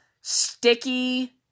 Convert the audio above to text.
sticky